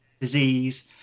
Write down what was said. disease